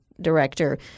director